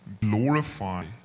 glorify